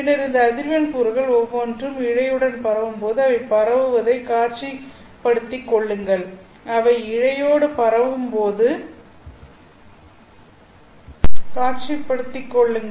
பின்னர் இந்த அதிர்வெண் கூறுகள் ஒவ்வொன்றும் இழையுடன் பரவும் போது அவை பரவுவதைக் காட்சிப்படுத்தி கொள்ளுங்கள்